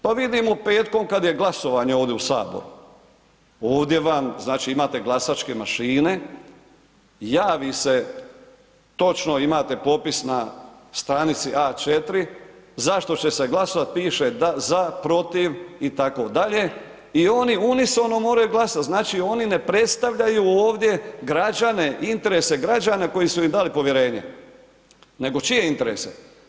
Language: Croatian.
Pa vidimo petkom kad je glasovanje ovdje u HS, ovdje vam, znači imate glasačke mašine, javi se, točno imate popis na stranici A4 zašto će se glasovat, piše da, za, protiv itd. i oni … [[Govornik se ne razumije]] moraju glasat, znači oni ne predstavljaju ovdje građane, interese građana koji su im dali povjerenje, nego čije interese?